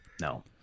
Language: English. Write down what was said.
No